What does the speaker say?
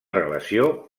relació